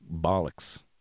bollocks